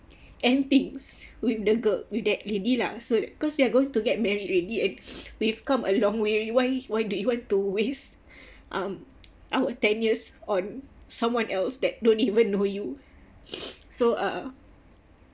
end things with the girl with that lady lah so cause we are going to get married ready and we've come a long way why why do you want to waste um our ten years on someone else that don't even know you so uh